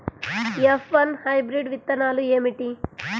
F one hybrid విత్తనాలు ఏమిటి?